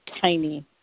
tiny